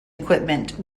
equipment